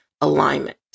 alignment